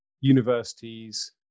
universities